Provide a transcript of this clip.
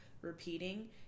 repeating